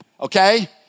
okay